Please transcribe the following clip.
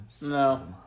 no